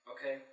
Okay